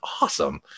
awesome